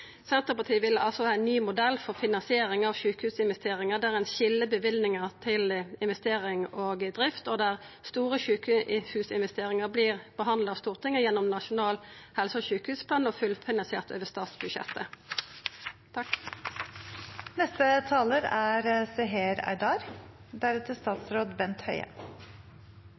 Senterpartiet vil ha ein ny modell for finansiering av sjukehusinvesteringar der ein skil løyvingar til investering og drift, og der store sjukehusinvesteringar vert behandla av Stortinget gjennom Nasjonal helse- og sjukehusplan og fullfinansierte over statsbudsjettet.